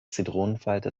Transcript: zitronenfalter